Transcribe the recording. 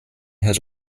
has